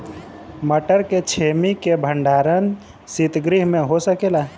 मटर के छेमी के भंडारन सितगृह में हो सकेला?